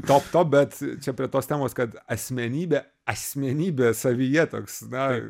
top to bet čia prie tos temos kad asmenybė asmenybė savyje toks na